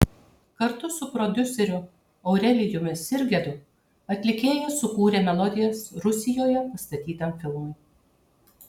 kartu su prodiuseriu aurelijumi sirgedu atlikėja sukūrė melodijas rusijoje pastatytam filmui